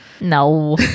No